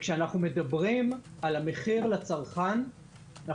וכשאנחנו מדברים על המחיר לצרכן אנחנו